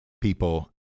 people